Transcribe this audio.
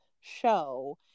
show